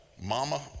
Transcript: mama